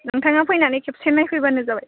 नोंथाङा फैनानै खेबसे नायफैबानो जाबाय